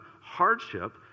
hardship